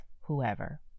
whoever